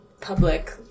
public